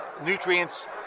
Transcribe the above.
nutrients